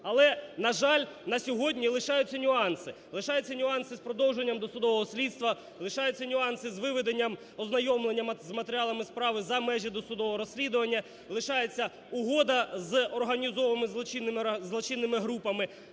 Але, на жаль, на сьогодні лишаються нюанси, лишаються нюанси з продовженням досудового слідства, лишаються нюанси з виведенням, ознайомленням з матеріалами справи за межі досудового розслідування, лишається Угода з організованими злочинними групами.